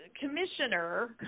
commissioner